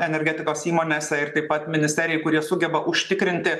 energetikos įmonėse ir taip pat ministerijai kurie sugeba užtikrinti